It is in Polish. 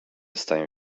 stają